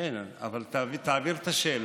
כן, תעביר את השאלה.